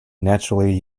naturally